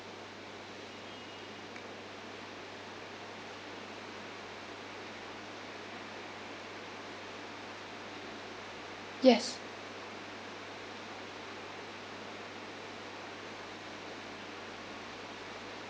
yes